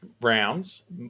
rounds